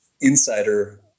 insider